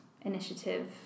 initiative